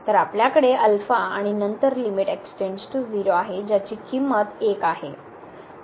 तर आपल्याकडे आणि नंतर लिमिट x → 0 आहे ज्याची किंमत 1 आहे